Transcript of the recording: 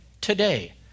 today